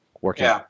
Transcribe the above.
working